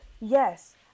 yes